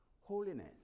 holiness